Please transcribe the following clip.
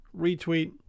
retweet